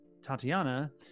Tatiana